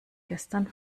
gestern